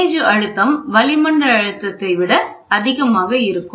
கேஜ்அழுத்தம் வளிமண்டல அழுத்தத்தை விட அதிகமாக இருக்கும்